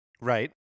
Right